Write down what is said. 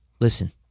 Listen